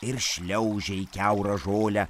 ir šliaužia į kiaurą žolę